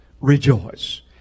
Rejoice